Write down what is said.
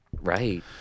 right